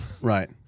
Right